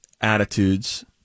attitudes